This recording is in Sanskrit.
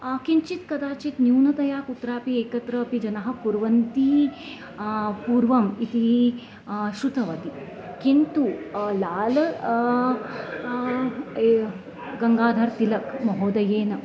किञ्चित् कदाचित् न्यूनतया कुत्रापि एकत्र अपि जनः कुर्वन्ति पूर्वम् इति श्रुतवती किन्तु लाल् गङ्गाधर् तिलक् महोदयेन